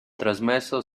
trasmesso